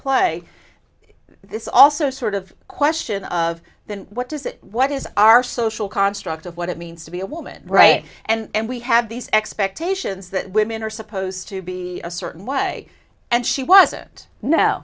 play this also sort of question of then what does it what is our social construct of what it means to be a woman right and we have these expectations that women are supposed to be a certain way and she wasn't no